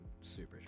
super